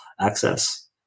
access